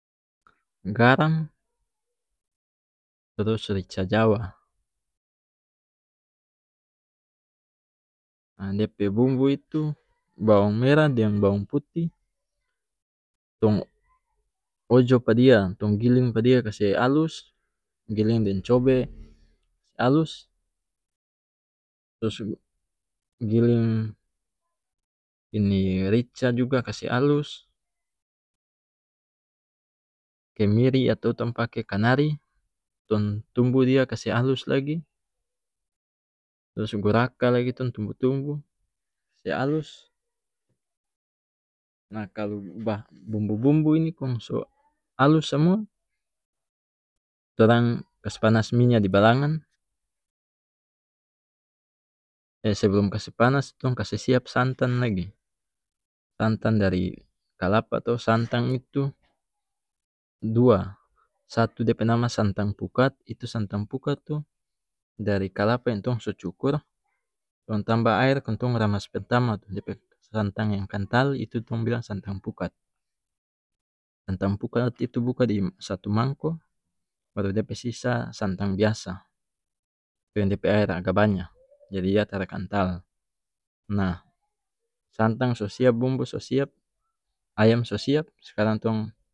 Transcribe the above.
garam trus rica jawa ah dia pe bumbu itu bawang merah deng bawang putih tong ojo pa dia tong giling pa dia kase alus giling deng cobe kase alus trus giling ini rica juga kase alus kemiri atau tong pake kanari tong tumbu dia kase alus lagi trus goraka lagi tong tumbu tumbu kase alus nah kalu bumbu bumbu ini kong so alus samua torang kase panas minya di balangan sebelum kase panas tong kase siap santan lagi santan dari kalapa atau santan itu dua satu dia pe nama santan pukat itu santan pukat tu dari kalapa yang tong so cukur tong tambah aer kong tong ramas pertama tu dia pe santang yang kantal itu tong bilang santang pukat santang pukat itu buka di satu mangko baru dia pe sisa santang biasa tu yang dia pe aer agak banya jadi dia tara kantal nah santang so siap bumbu so siap ayam so siap skarang tong.